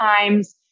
Times